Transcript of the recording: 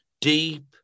deep